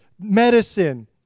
medicine